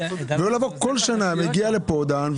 ולא לבוא כל שנה מגיע לפה דן,